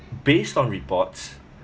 based on reports